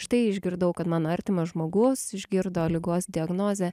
štai išgirdau kad mano artimas žmogus išgirdo ligos diagnozę